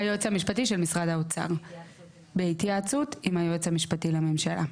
היועץ המשפטי של משרד האוצר בהתייעצות עם היועץ המשפטי לממשלה.